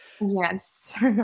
Yes